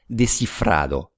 descifrado